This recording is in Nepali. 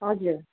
हजुर